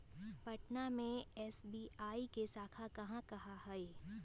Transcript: पटना में एस.बी.आई के शाखा कहाँ कहाँ हई